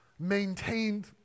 maintained